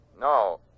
No